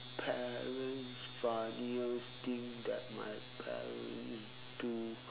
parents funniest thing that my parents do